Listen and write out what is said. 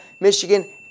Michigan